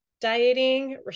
dieting